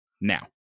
now